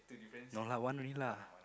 no lah one only lah